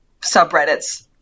subreddits